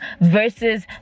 versus